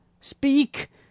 speak